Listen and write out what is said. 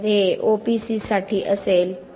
तर हे OPC साठी असेल